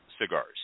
cigars